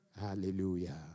Hallelujah